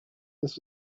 this